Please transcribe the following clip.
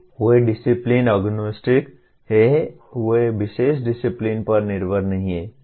वे discipline agnostic हैं वे विशेष डिसिप्लिन पर निर्भर नहीं हैं